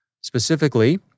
Specifically